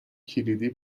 کلیدی